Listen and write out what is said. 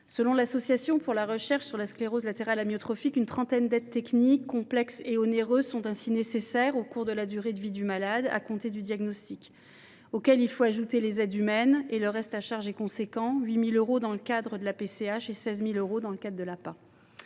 Selon l’Association pour la recherche sur la sclérose latérale amyotrophique, une trentaine d’aides techniques, complexes et onéreuses, sont ainsi nécessaires au cours de la durée de vie du malade à compter du diagnostic. À cela, il faut ajouter les aides humaines. Le reste à charge est significatif : il s’élève à 8 000 euros pour un bénéficiaire de la PCH, à 16 000 euros si le malade est